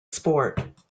sport